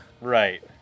right